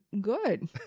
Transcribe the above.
good